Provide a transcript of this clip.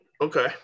Okay